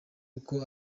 uko